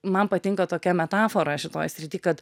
man patinka tokia metafora šitoj srity kad